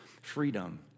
freedom